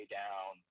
down